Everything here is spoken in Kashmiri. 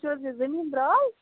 تُہۍ چھِو حظ یہِ زٔمیٖن دٔرٛال